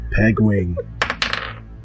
Pegwing